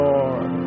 Lord